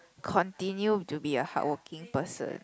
continue to be a hardworking person